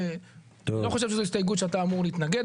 אנחנו מתחילים דיון של הסתייגויות והצבעה